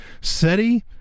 SETI